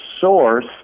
source